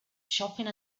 shopping